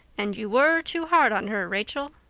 and you were too hard on her, rachel.